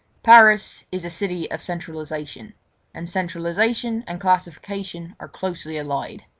paris is a city of centralisation and centralisation and classification are closely allied.